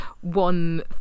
one